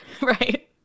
Right